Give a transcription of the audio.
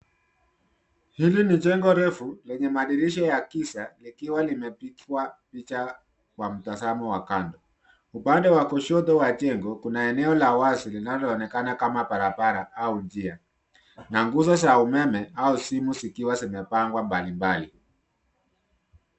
Hili ni jengo refu lenye madirisha ya giza, likiwa limepigwa picha kwa mtazamo wa kando. Upande wa kushoto wa jengo kuna eneo la wazi linaloonekana kama barabara au njia na nguzo za umeme au simu zikiwa zimepangwa mbalimbali.